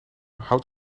houdt